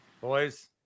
Boys